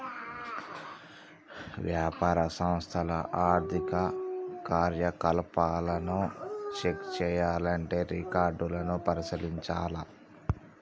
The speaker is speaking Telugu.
వ్యాపార సంస్థల ఆర్థిక కార్యకలాపాలను చెక్ చేయాల్లంటే రికార్డులను పరిశీలించాల్ల